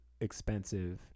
expensive